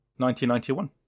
1991